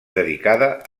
dedicada